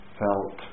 felt